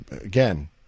Again